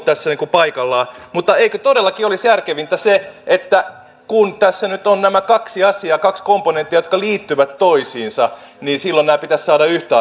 tässä paikallaan mutta eikö todellakin olisi järkevintä se että kun tässä nyt on nämä kaksi asiaa kaksi komponenttia jotka liittyvät toisiinsa niin silloin nämä pitäisi saada yhtä